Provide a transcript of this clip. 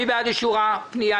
מי בעד אישור ההודעה?